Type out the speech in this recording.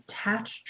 attached